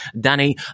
Danny